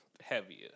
heavier